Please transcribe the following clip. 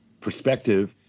perspective